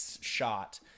shot